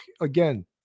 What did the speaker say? again